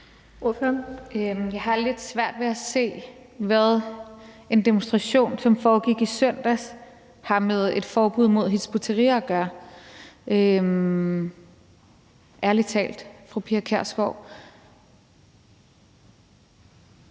Jeg har lidt svært ved at se, hvad en demonstration, som foregik i søndags, har med et forbud mod Hizb ut-Tahrir at gøre, ærlig talt, fru Pia Kjærsgaard.